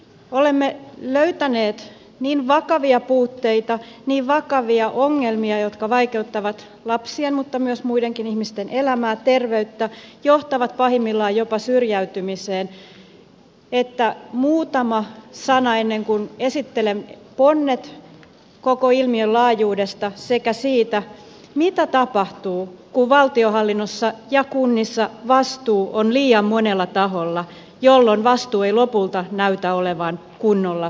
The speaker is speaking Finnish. olemme löytäneet niin vakavia puutteita niin vakavia ongelmia jotka vaikeuttavat lapsien mutta myös muidenkin ihmisten elämää terveyttä johtavat pahimmillaan jopa syrjäytymiseen että muutama sana ennen kuin esittelen ponnet koko ilmiön laajuudesta sekä siitä mitä tapahtuu kun valtionhallinnossa ja kunnissa vastuu on liian monella taholla jolloin vastuu ei lopulta näytä olevan kunnolla kenelläkään